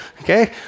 okay